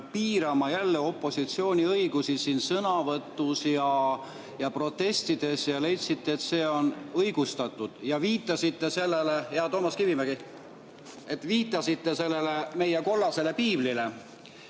piirama opositsiooni õigusi siin sõna võtta ja protestida ja leidsite, et see on õigustatud, ja viitasite sellele … Hea Toomas Kivimägi! Viitasite meie kollasele piiblile,